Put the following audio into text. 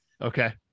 Okay